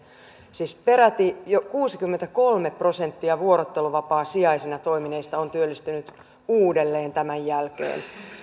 siis peräti kuusikymmentäkolme prosenttia vuorotteluvapaasijaisina toimineista on työllistynyt uudelleen tämän jälkeen